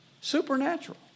Supernatural